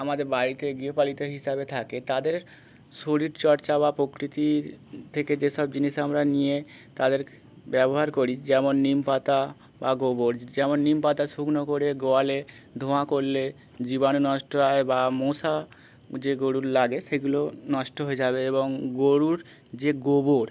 আমাদের বাড়িতে গৃহপালিত হিসাবে থাকে তাদের শরীরচর্চা বা প্রকৃতির থেকে যেসব জিনিস আমরা নিয়ে তাদের ব্যবহার করি যেমন নিম পাতা বা গোবর যেমন নিম পাতা শুকনো করে গোয়ালে ধোঁয়া করলে জীবাণু নষ্ট হয় বা মশা যে গরুর লাগে সেগুলো নষ্ট হয়ে যাবে এবং গরুর যে গোবর